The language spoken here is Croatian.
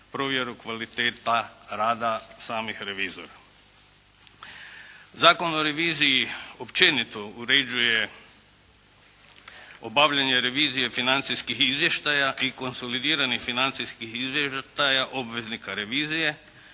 provjeru kvaliteta rada samih revizora. Zakon o reviziji općenito uređuje obavljanje revizije financijskih izvještaja i konsolidiranih financijskih izvještaja obveznika revizije,